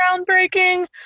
groundbreaking